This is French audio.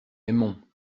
aimons